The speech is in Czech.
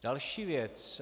Další věc.